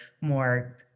more